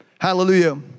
hallelujah